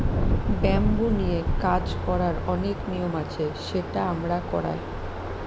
bamboo নিয়ে কাজ করার অনেক নিয়ম আছে সেটা আমরা করায়